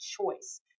choice